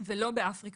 ולא באפריקה.